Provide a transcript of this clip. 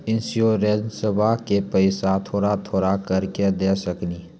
इंश्योरेंसबा के पैसा थोड़ा थोड़ा करके दे सकेनी?